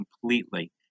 completely